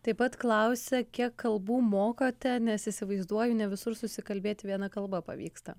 taip pat klausia kiek kalbų mokate nes įsivaizduoju ne visur susikalbėti viena kalba pavyksta